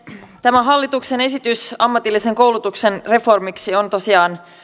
tämä hallituksen esitys ammatillisen koulutuksen reformiksi on tosiaan